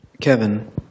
Kevin